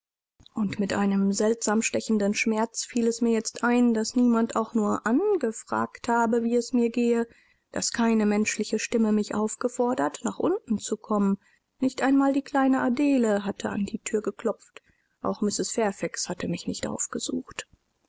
und mit einem seltsam stechenden schmerz fiel es mir jetzt ein daß niemand auch nur angefragt habe wie es mir gehe daß keine menschliche stimme mich aufgefordert nach unten zu kommen nicht einmal die kleine adele hatte an die thür geklopft auch mrs fairfax hatte mich nicht aufgesucht